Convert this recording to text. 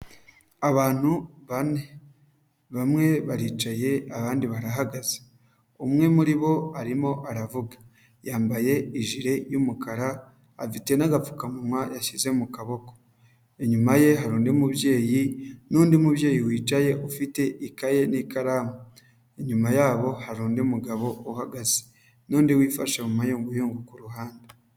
Abantu bane, bamwe baricaye abandi barahagaze, umwe muri bo arimo aravuga yambaye ijire y'umukara afite n'agapfukamunwa yashyize mu kaboko, inyuma ye hari undi mubyeyi n'undi mubyeyi wicaye ufite ikaye n'ikaramu, inyuma yabo hari undi mugabo uhagaze n'undi wifashe mu mayunguyungu ku ruhande.